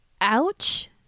Ouch